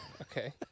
Okay